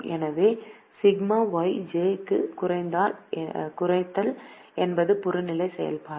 எனவே ∑Yj ஐக் குறைத்தல் என்பது புறநிலை செயல்பாடு